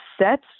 sets